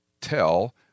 tell